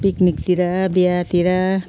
पिकनिकतिर बिहातिर